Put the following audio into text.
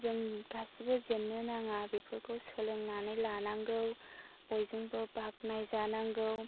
जोंनि गासिबो जेननो नाङा बेफोरखौ सोलोंनानै लानांगौ बयजोंबो बाखनाय जानांगौ